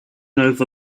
over